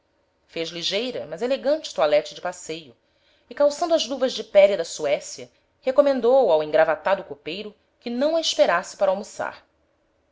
fez ligeira mas elegante toilette de passeio e calçando as luvas de pele da suécia recomendou ao engravatado copeiro que não a esperasse para almoçar